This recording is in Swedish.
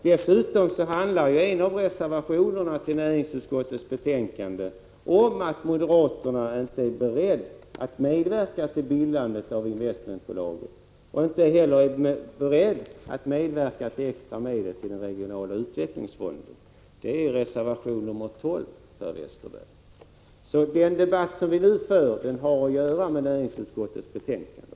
Dessutom uttalar moderaterna i en av reservationerna vid näringsutskottets betänkande att de inte är beredda att medverka till bildandet av investmentbolaget och inte heller till extra medel för den regionala utvecklingsfonden. Detta står i reservation 12, Per Westerberg.